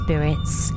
Spirits